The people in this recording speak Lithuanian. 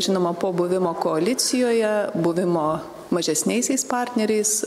žinoma po buvimo koalicijoje buvimo mažesniaisiais partneriais